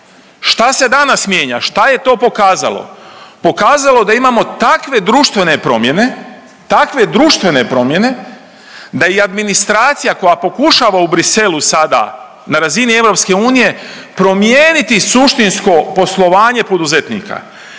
Šta se danas mijenja? Šta je to pokazalo? Pokazalo da imamo takve društvene promjene, takve društvene promijene da i administracija koja pokušava u Bruxellesu sada na razini EU promijeniti suštinsko poslovanje poduzetnika.